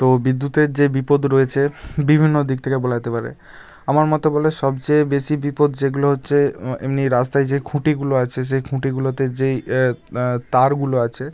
তো বিদ্যুতের যে বিপদ রয়েছে বিভিন্ন দিক থেকে বলা যেতে পারে আমার মতো বলে সবচেয়ে বেশি বিপদ যেগুলো হচ্ছে এমনি রাস্তায় যে খুঁটিগুলো আছে সেই খুঁটিগুলোতে যেই তারগুলো আছে